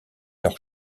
leur